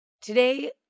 today